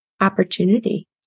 opportunity